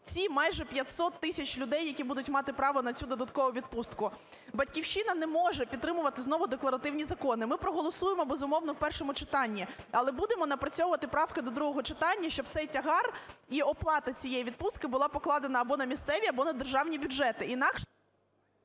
ці майже 500 тисяч людей, які будуть мати право на цю додаткову відпустку. "Батьківщина" не може підтримувати знову декларативні закони. Ми проголосуємо, безумовно, в першому читанні, але будемо напрацьовувати правки до другого читання, щоб цей тягар і оплата цієї відпустки була покладена або на місцеві, або на державні бюджети,